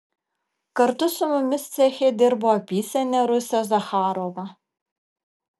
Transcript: kartu su mumis ceche dirbo apysenė rusė zacharova